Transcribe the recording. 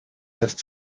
lässt